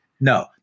No